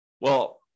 well-